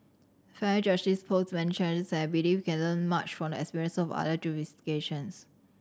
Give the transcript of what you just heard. family justice pose many challenges and I believe we can learn much from the experience of other jurisdictions